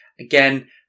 again